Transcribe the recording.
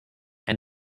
and